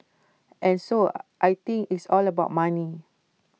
and so I think it's all about money